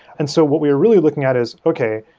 and so what we're really looking at is, okay,